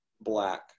black